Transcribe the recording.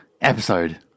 episode